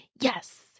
yes